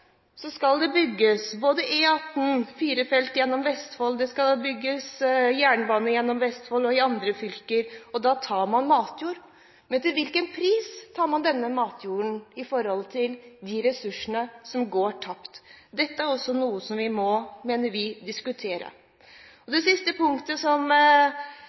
skal det bygges både firefelts vei på E18 gjennom Vestfold og jernbane gjennom Vestfold og andre fylker. Da tar man matjord. Men til hvilken pris tar man denne matjorden – i forhold til de ressursene som går tapt? Dette er også noe vi mener vi må diskutere. Det siste punktet som